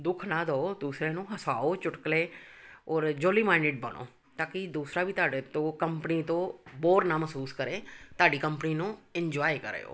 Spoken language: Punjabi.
ਦੁੱਖ ਨਾ ਦਓ ਦੂਸਰਿਆਂ ਨੂੰ ਹਸਾਓ ਚੁਟਕਲੇ ਔਰ ਜੋਲੀ ਮਾਈਂਡਿਡ ਬਣੋ ਤਾਂ ਕਿ ਦੂਸਰਾ ਵੀ ਤੁਹਾਡੇ ਤੋਂ ਕੰਪਨੀ ਤੋਂ ਬੋਰ ਨਾ ਮਹਿਸੂਸ ਕਰੇ ਤੁਹਾਡੀ ਕੰਪਨੀ ਨੂੰ ਇੰਜੋਏ ਕਰੇ ਓਹ